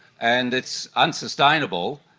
and it's unsustainable.